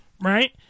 right